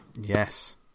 Yes